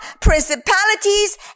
principalities